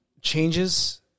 Changes